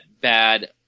bad